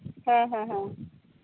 ᱦᱮᱸ ᱦᱮᱸ